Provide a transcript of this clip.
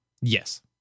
Yes